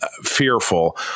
fearful